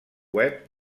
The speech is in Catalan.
web